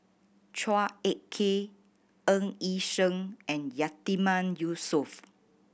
Chua Ek Kay Ng Yi Sheng and Yatiman Yusof